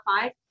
five